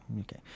Okay